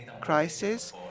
crisis